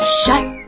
shut